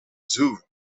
zoo